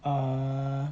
err